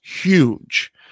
huge